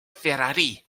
ferrari